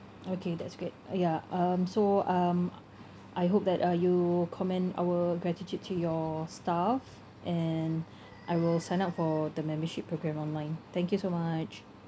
okay that's great uh ya um so um I hope that uh you commend our gratitude to your staff and I will sign up for the membership programme online thank you so much